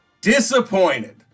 disappointed